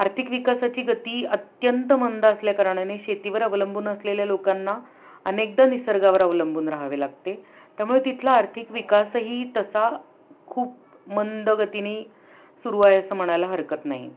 आर्थिक विकासाची गती अत्यंत मंद असल्याकारणाने शेतीवर अवलंबून असलेल्या लोकांना अनेकदा निसर्गावर अवलंबून राहावे लागते त्यामुळे तिथला आर्थिक विकासही तसा खूप मंदगतीने सुरू आहे असं म्हणायला हरकत नाही